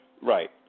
Right